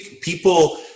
people